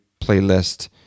playlist